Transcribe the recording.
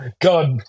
God